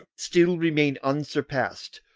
still remain unsurpassed,